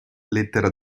lettera